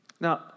Now